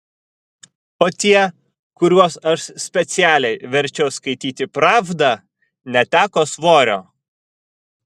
o tie kuriuos aš specialiai verčiau skaityti pravdą neteko svorio